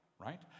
right